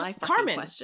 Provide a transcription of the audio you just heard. Carmen